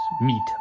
meet